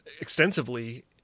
extensively